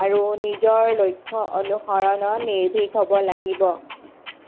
আৰু নিজৰ লক্ষ্য অনুসৰণত নিৰ্ভীক হ'ব লাগিব